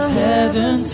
heaven